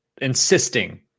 insisting